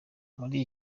muri